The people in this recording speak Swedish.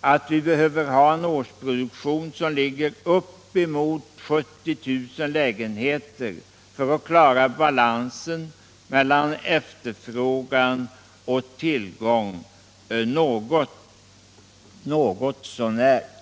att vi behöver ha en årsproduktion som ligger uppemot 70 000 lägenheter för att klara balansen mellan efterfrågan och tillgång något så när.